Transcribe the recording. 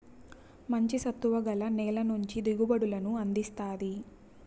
మంచి సత్తువ గల నేల మంచి దిగుబడులను అందిస్తాది